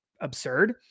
absurd